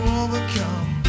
overcome